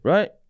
Right